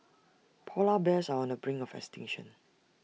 Polar Bears are on the brink of extinction